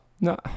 No